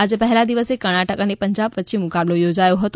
આજે પહેલા દિવસે કર્ણાટક અને પંજાબ વચ્ચે મુકાબલો યોજાયો હતો